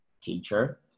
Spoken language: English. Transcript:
teacher